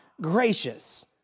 gracious